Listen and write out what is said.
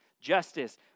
justice